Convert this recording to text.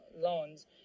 loans